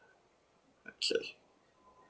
okay